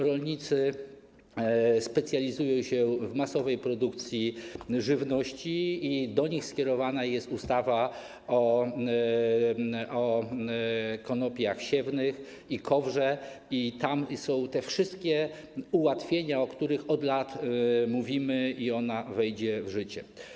Rolnicy specjalizują się w masowej produkcji żywności i do nich skierowana jest ustawa o konopiach siewnych i KOWR i tam są te wszystkie ułatwienia, o których od lat mówimy, i ona wejdzie w życie.